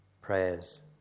prayers